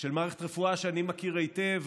מערכת רפואה שאני מכיר היטב,